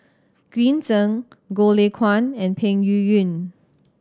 Green Zeng Goh Lay Kuan and Peng Yuyun